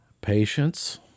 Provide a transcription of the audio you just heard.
patience